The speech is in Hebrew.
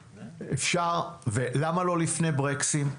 ולמה לא לפני ברקסים?